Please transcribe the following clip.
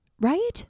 right